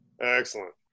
Excellent